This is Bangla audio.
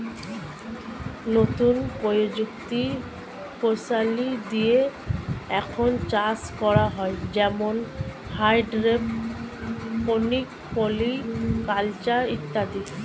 নতুন প্রযুক্তি কৌশলী দিয়ে এখন চাষ করা হয় যেমন হাইড্রোপনিক, পলি কালচার ইত্যাদি